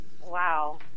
Wow